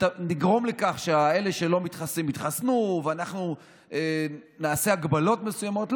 נגרום לכך שאלה שלא מתחסנים יתחסנו ואנחנו נעשה הגבלות מסוימות,